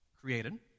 created